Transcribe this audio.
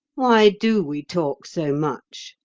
why do we talk so much?